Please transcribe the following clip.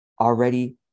already